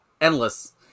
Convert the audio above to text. endless